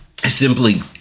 simply